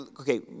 okay